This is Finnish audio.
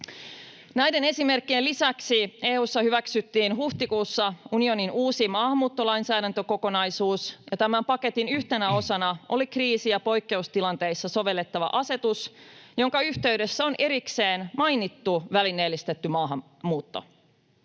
Näiden esimerkkien lisäksi EU:ssa hyväksyttiin huhtikuussa unionin uusi maahanmuuttolainsäädäntökokonaisuus, ja tämän paketin yhtenä osana oli kriisi- ja poikkeustilanteissa sovellettava asetus, jonka yhteydessä on erikseen mainittu välineellistetty maahanmuutto.